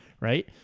right